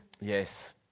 Yes